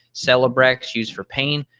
celebrex used for pain,